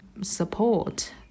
support